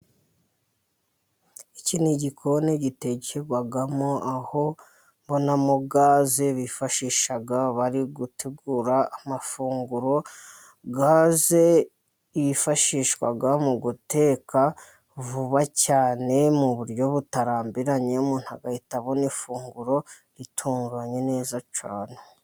Iki ni igikoni gitekerwamo, aho mbonamo gaze bifashisha bari gutegura amafunguro. Gaze yifashishwa mu guteka vuba cyane, mu buryo butarambiranye. Umuntu agahita abona ifunguro ritunganye neza cyane.